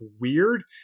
weird